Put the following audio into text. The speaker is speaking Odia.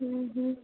ହୁଁ ହୁଁ